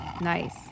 Nice